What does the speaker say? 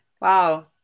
Wow